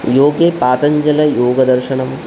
योगे पातञ्जलयोगदर्शनं